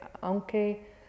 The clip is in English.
aunque